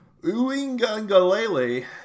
Uingangalele